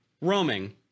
Roaming